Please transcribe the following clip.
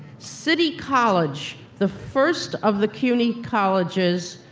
city college, the first of the cuny colleges,